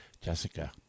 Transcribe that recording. Jessica